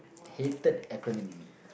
hated acronym